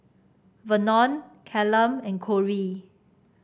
Vernon Callum and Corrie